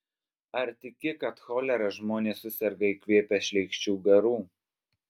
ar tiki kad cholera žmonės suserga įkvėpę šleikščių garų